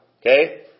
Okay